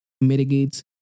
mitigates